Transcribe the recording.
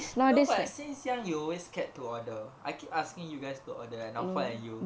no but since young you always scared to order I keep asking you guys to order like afal and you